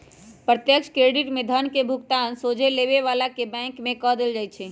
प्रत्यक्ष क्रेडिट में धन के भुगतान सोझे लेबे बला के बैंक में कऽ देल जाइ छइ